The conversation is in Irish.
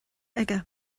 aige